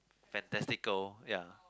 fantastic goal ya